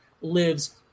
lives